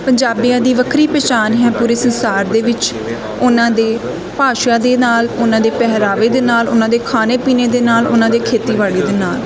ਪੰਜਾਬੀਆਂ ਦੀ ਵੱਖਰੀ ਪਛਾਣ ਹੈ ਪੂਰੇ ਸੰਸਾਰ ਦੇ ਵਿੱਚ ਉਨ੍ਹਾਂ ਦੇ ਭਾਸ਼ਾ ਦੇ ਨਾਲ ਉਨ੍ਹਾਂ ਦੇ ਪਹਿਰਾਵੇ ਦੇ ਨਾਲ ਉਨ੍ਹਾਂ ਦੇ ਖਾਣੇ ਪੀਣੇ ਦੇ ਨਾਲ ਉਨ੍ਹਾਂ ਦੇ ਖੇਤੀਬਾੜੀ ਦੇ ਨਾਲ